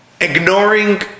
ignoring